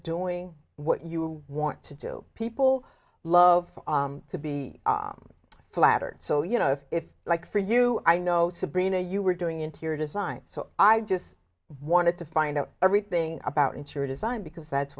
doing what you want to do people love to be flattered so you know if if like for you i know sabrina you were doing interior design so i just wanted to find out everything about into your design because that's